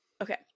Okay